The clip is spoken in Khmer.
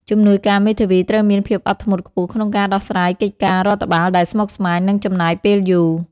ជំនួយការមេធាវីត្រូវមានភាពអត់ធ្មត់ខ្ពស់ក្នុងការដោះស្រាយកិច្ចការរដ្ឋបាលដែលស្មុគស្មាញ និងចំណាយពេលយូរ។